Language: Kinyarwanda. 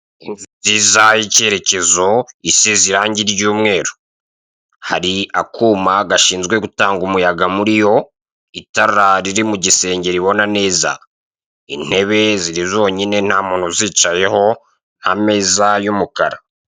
Inzu nziza y'ikerekezo isize irange ry'umweru. Hari akuma gashinzwe gutanga umuyaga muri yo, itara riri mu gisenge ribona neza. Intebe ziri zonyine ntamuntu uzicayeho ameza y'umukara.